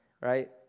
Right